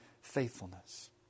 faithfulness